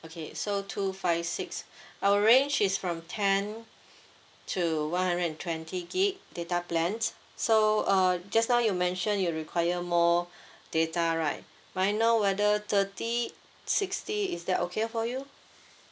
okay so two five six our range is from ten to one hundred and twenty gig data plans so uh just now you mention you require more data right may I know whether thirty sixty is that okay for you